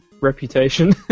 reputation